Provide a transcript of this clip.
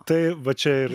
tai va čia ir